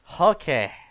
Okay